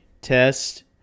test